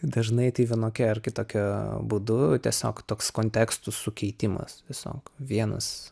dažnai tai vienokiu ar kitokiu būdu tiesiog toks kontekstų sukeitimas tiesiog vienas